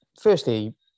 firstly